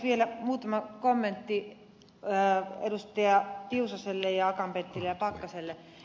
vielä muutama kommentti edustajille tiusanen akaan penttilä ja pakkanen